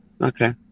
Okay